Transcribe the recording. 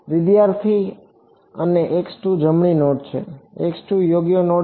વિદ્યાર્થી અને જમણી નોડ છે યોગ્ય નોડ છે